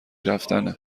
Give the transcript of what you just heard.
رفتنه